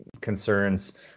concerns